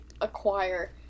acquire